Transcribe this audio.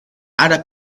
other